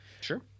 sure